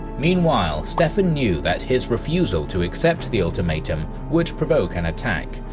meanwhile, stephen knew that his refusal to accept the ultimatum would provoke an attack,